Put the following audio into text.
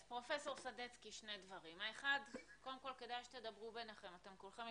אז פרופסור סדצקי שני דברים 1. קודם כל,